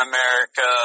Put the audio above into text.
America